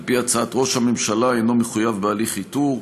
על פי הצעת ראש הממשלה, ואינו מחויב בהליך איתור.